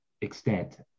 extent